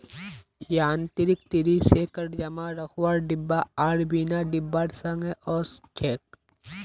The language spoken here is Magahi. यांत्रिक ट्री शेकर जमा रखवार डिब्बा आर बिना डिब्बार संगे ओसछेक